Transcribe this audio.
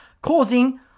causing